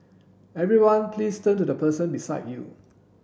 everyone please turn to the person beside you